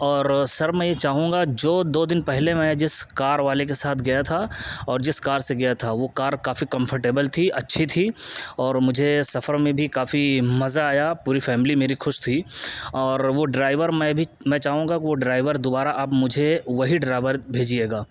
اور سر میں یہ چاہوں گا جو دو دن پہلے میں جس کار والے کے ساتھ گیا تھا اور جس کار سے گیا تھا وہ کار کافی کمفرٹیبل تھی اچھی تھی اور مجھے سفر میں بھی کافی مزہ آیا پوری فیملی میری خوش تھی اور وہ ڈرائیور میں بھی میں چاہوں گا وہ ڈرائیور دوبارہ آپ مجھے وہی ڈرائیور بھیجیے گا